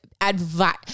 advice